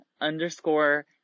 underscore